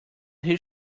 his